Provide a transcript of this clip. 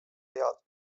vead